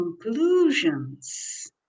conclusions